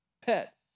pet